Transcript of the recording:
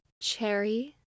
Cherry